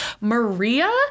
Maria